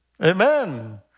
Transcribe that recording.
Amen